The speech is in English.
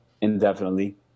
indefinitely